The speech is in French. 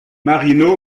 marino